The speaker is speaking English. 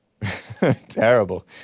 Terrible